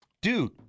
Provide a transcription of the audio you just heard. Dude